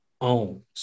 owns